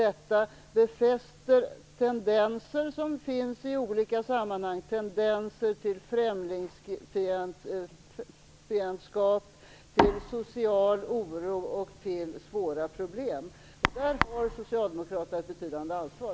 Detta befäster tendenser som finns i olika sammanhang, nämligen tendenserna till främlingsfiendskap, social oro och svåra problem. Där har Socialdemokraterna ett betydande ansvar.